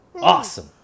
awesome